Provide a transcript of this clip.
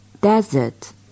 desert